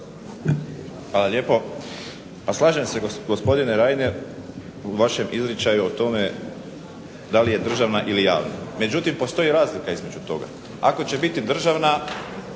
Hvala lijepo. Pa slažem se gospodine Reiner u vašem izričaju o tome da li je državna ili javna. Međutim postoji razlika između toga. Ako će biti državna,